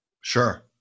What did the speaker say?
Sure